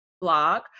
blog